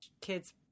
kids